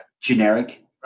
generic